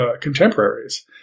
contemporaries –